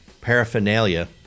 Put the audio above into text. paraphernalia